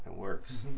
works.